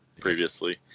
previously